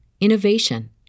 innovation